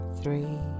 three